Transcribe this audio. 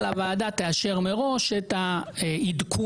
אלא הוועדה תאשר מראש את העדכון